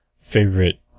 favorite